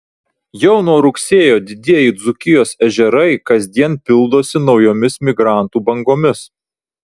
jau nuo rugsėjo didieji dzūkijos ežerai kasdien pildosi naujomis migrantų bangomis